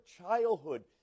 childhood